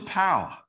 power